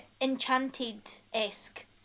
enchanted-esque